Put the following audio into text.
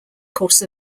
course